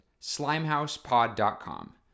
slimehousepod.com